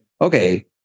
okay